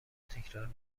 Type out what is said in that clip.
تکرار